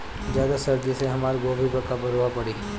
ज्यादा सर्दी से हमार गोभी पे का प्रभाव पड़ी?